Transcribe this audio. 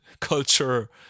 culture